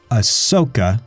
Ahsoka